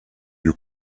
you